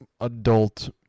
adult